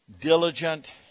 diligent